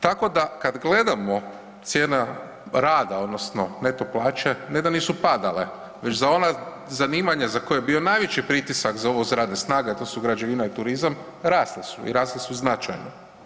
Tako da kad gledamo cijena rada odnosno neto plaće ne da nisu padale nego već za ona zanimanja za koja je bio najveći pritisak za uvoz radne snage, a to su građevina i turizam, rasle su i rasle su značajno.